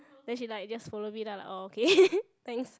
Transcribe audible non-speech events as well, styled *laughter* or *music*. then she just like follow me then I'm like orh okay *laughs* thanks